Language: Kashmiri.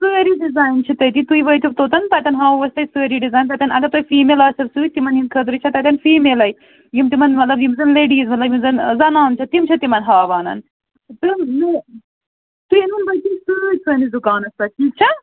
سٲری ڈِزایِن چھِ تٔتِی تُہۍ وٲتِو توٚتَن تَتیٚن ہاوَو أسۍ تۄہہِ سٲری ڈِزایِن تَتیٚن اگر تۄہہِ فیٖمیل آسیِٚو سۭتۍ تِمَن ہٕنٛدۍ خٲطرٕ چھےٚ تَتیٚن فیٖمیلَے یِم تِمَن مطلب یِم زن لیڑیٖز یُس زن زنان چھِ تِم چھےٚ تِمَن ہاوان تہٕ یہِ تُہۍ أنۍ ہوٗن بچی سۭتۍ سٲنِس دُکانَس پیٚٹھ ٹھیٖک چھا